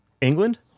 England